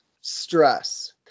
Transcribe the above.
Stress